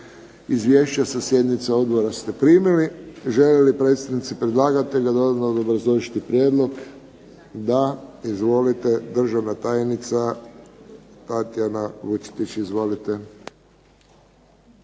Izvješća sa sjednice odbora ste primili. Žele li predstavnici predlagatelja dodatno obrazložiti prijedlog? Da. Državna tajnica Tatjana Vučetić. Izvolite.